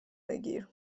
بگیر